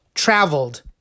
traveled